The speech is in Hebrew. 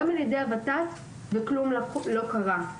גם ע"י הות"ת וכלום לא קרה.